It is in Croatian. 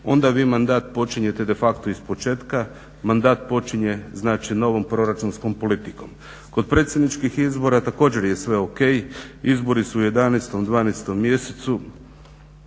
Onda vi mandat počinjete de facto ispočetka, mandat počinje znači novom proračunskom politikom. Kod predsjedničkih izbora također je sve ok, izbori su u 11., 12. mjesecu,